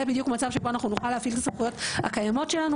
זה בדיוק מצב שבו אנחנו נוכל להפעיל את הסמכויות הקיימות שלנו,